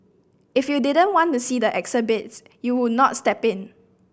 if you didn't want to see the exhibits you would not step in